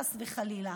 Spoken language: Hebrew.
חס וחלילה.